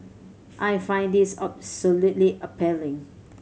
I find this absolutely appalling